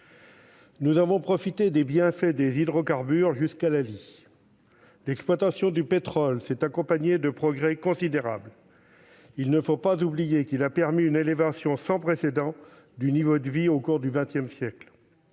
nous avons profité des bienfaits des hydrocarbures jusqu'à la lie. L'exploitation du pétrole s'est accompagnée de progrès considérables : n'oublions pas qu'elle a permis une élévation sans précédent du niveau de vie au cours du XX siècle